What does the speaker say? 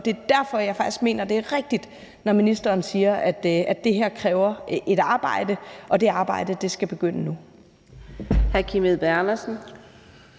Det er derfor, jeg faktisk mener, at det er rigtigt, når ministeren siger, at det her kræver et arbejde, og at det arbejde skal begynde nu.